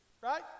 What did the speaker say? Right